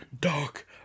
Dark